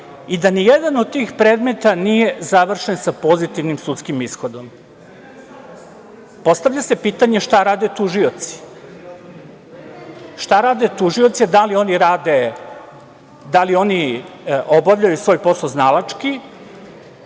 i da nijedan od tih predmeta nije završen sa pozitivnim sudskim ishodom. Postavlja se pitanje šta rade tužioci? Šta rade tužioci? Da li oni rade? Da li oni obavljaju svoj posao znalački